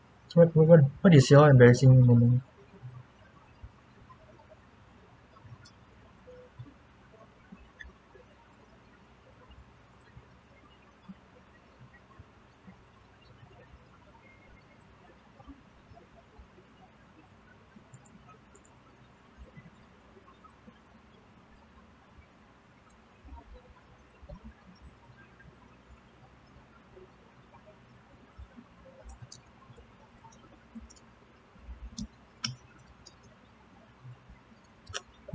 so what what what what is your embarrassing moment